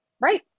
Right